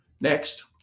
Next